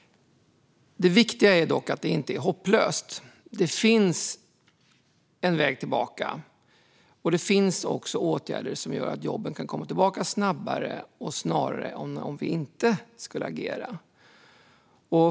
Det viktiga är dock att det inte är hopplöst Det finns en väg tillbaka. Det finns åtgärder som gör att jobben kan komma tillbaka snabbare och snarare än om vi inte agerar.